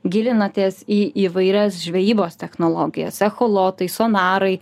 gilinatės į įvairias žvejybos technologijas echolotai sonarai